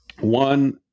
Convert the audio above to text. One